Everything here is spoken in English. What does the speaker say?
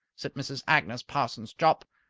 said mrs. agnes parsons jopp,